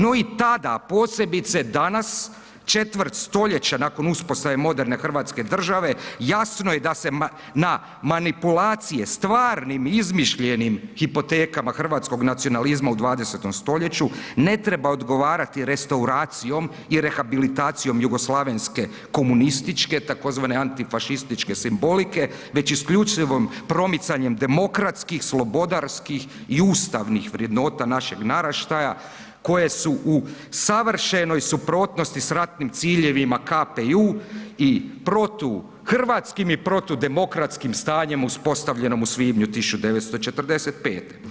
No i tada, a posebice danas, četvrt stoljeća nakon uspostave moderne Hrvatske države jasno je da se na manipulacije stvarnim i izmišljenim hipotekama hrvatskog nacionalizma u 20. stoljeću ne treba odgovarati restauracijom i rehabilitacijom jugoslavenske komunističke tzv. antifašističke simbolike već isključivim promicanjem demokratskih slobodarskih i ustavnih vrednota našeg naraštaja koje su u savršenoj suprotnosti sa ratnim ciljevima KPJ-u i protuhrvatskim i protudemokratskim stanjem uspostavljenom u svibnju 1945.